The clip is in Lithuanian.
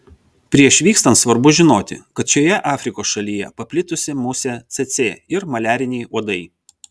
prieš vykstant svarbu žinoti kad šioje afrikos šalyje paplitusi musė cėcė ir maliariniai uodai